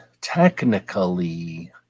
technically